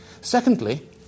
Secondly